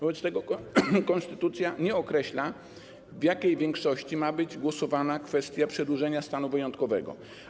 Wobec tego konstytucja nie określa, jaką większością ma być przegłosowana kwestia przedłużenia stanu wyjątkowego.